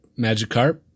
Magikarp